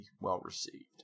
well-received